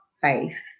faith